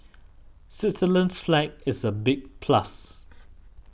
Switzerland's flag is a big plus